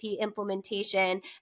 implementation